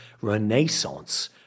renaissance